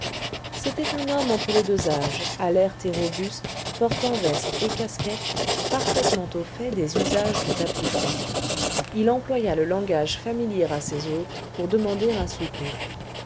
c'était un homme entre les deux âges alerte et robuste portant veste et casquette parfaitement au fait des usages du tapis franc il employa le langage familier à ses hôtes pour demander à souper